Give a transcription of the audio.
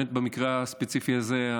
במקרה הספציפי הזה,